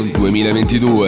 2022